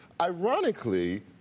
ironically